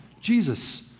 Jesus